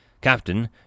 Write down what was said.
Captain